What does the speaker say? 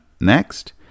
Next